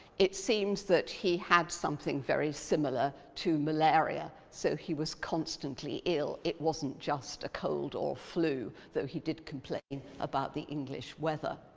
it seems he had something very similar to malaria, so he was constantly ill, it wasn't just a cold or flu, though he did complain about the english weather.